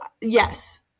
yes